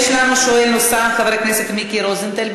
יש לנו שואל נוסף, חבר הכנסת מיקי רוזנטל.